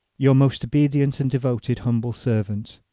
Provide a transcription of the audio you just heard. your most obedient, and devoted humble servant,